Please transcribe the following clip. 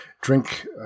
drink